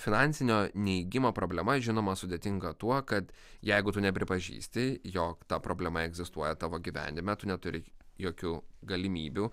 finansinio neigimo problema žinoma sudėtinga tuo kad jeigu tu nepripažįsti jog ta problema egzistuoja tavo gyvenime tu neturi jokių galimybių